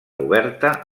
oberta